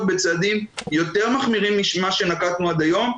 בצעדים יותר מחמירים ממה שנקטנו עד היום.